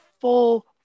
full